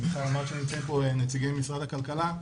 ומיכל אמרת שנמצאים פה נציגי משרד הכלכלה,